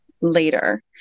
later